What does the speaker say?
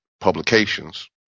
publications